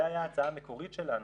זה היה ההצעה המקורית שלנו.